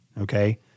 Okay